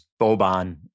Boban